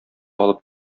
алып